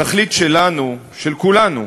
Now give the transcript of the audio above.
התכלית שלנו, של כולנו,